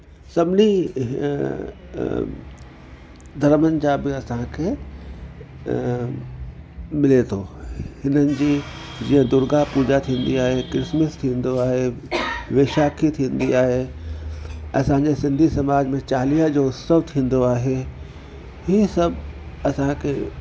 सभिनी धर्मनि जा बि असांखे मिले थो हिननि जी जीअं दुर्गा पूजा थींदी आहे क्रिस्मस थींदो आहे वैशाखी थींदी आहे असांजे सिंधी समाज में चालीहा जो उत्सव थींदो आहे हीअं सभु असांखे